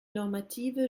normative